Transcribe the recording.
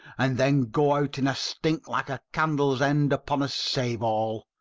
and then go out in a stink like a candle's end upon a save-all.